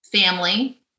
family